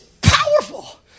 powerful